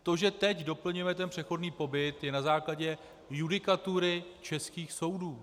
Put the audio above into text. To, že teď doplňujeme ten přechodný pobyt, je na základě judikatury českých soudů.